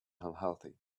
unhealthy